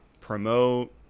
promote